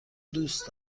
دوست